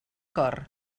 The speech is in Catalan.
cor